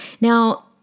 Now